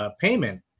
payment